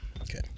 Okay